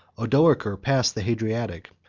odoacer passed the adriatic,